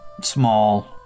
small